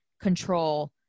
control